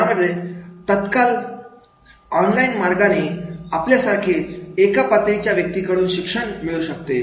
यामध्ये तत्काल अपने ऑनलाइन मार्गाने आपल्यासारखेच एका पातळीच्या व्यक्तीकडून शिक्षण मिळू शकते